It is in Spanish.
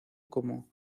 como